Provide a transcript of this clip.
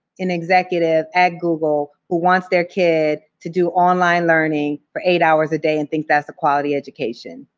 an executive at google who wants their kid to do online learning for eight hours a day and thinks that's a quality education.